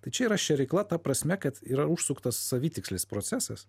tai čia yra šėrykla ta prasme kad yra užsuktas savitikslis procesas